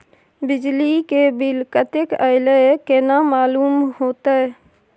बिजली के बिल कतेक अयले केना मालूम होते?